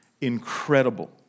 incredible